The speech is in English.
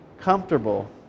comfortable